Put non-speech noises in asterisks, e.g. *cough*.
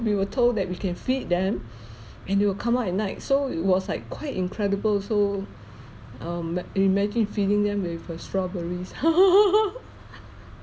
we were told that we can feed them *breath* and they will come out at night so it was like quite incredible so um imagine feeding them with uh strawberries *laughs*